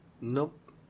Nope